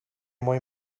moj